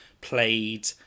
played